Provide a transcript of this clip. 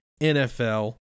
NFL